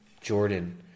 Jordan